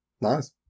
Nice